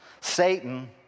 Satan